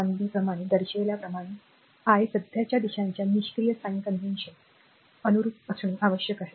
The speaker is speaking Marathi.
१ ब प्रमाणे दर्शविल्याप्रमाणे i सध्याच्या दिशांच्या निष्क्रिय साइन कन्व्हेन्शन अनुरूप असणे आवश्यक आहे